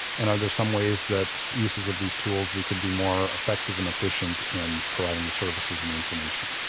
and are there some ways that uses of these tools we can be more effective and efficient in providing the services and information?